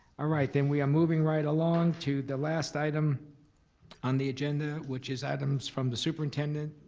ah right, then we are moving right along to the last item on the agenda, which is items from the superintendent,